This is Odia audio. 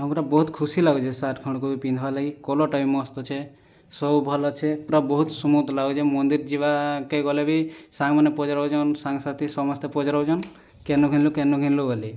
ଆଉ ଗୋଟିଏ ବହୁତ ଖୁସି ଲାଗୁଛି ଏ ସାର୍ଟ ଖଣ୍ଡକ ବି ପିନ୍ଧିବାର ଲାଗି କଲରଟା ବି ମସ୍ତ ଅଛି ସବୁ ଭଲ ଅଛି ପୂରା ବହୁତ ସ୍ମୁଥ୍ ଲାଗୁଛି ମନ୍ଦିର ଯିବାକୁ ଗଲେ ବି ସାଙ୍ଗମାନେ ପଚାରୁଛନ୍ତି ସାଙ୍ଗସାଥି ସମସ୍ତେ ପଚାରୁଛନ୍ତି କେନୁ କିଣିଲୁ କେନୁ କିଣିଲୁ ବୋଲି